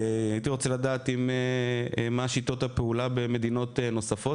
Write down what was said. הייתי רוצה לדעת מה שיטות הפעולה במדינות נוספות,